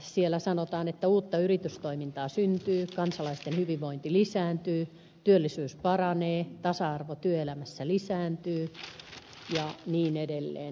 budjettitekstissä sanotaan että uutta yritystoimintaa syntyy kansalaisten hyvinvointi lisääntyy työllisyys paranee tasa arvo työelämässä lisääntyy ja niin edelleen